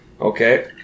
Okay